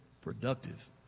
productive